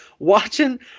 Watching